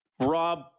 rob